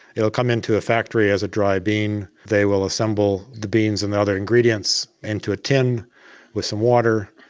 it will come into the factory as a dry bean. they will assemble the beans and the other ingredients into a tin with some water.